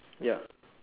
ya